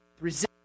Resist